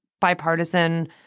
bipartisan